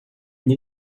une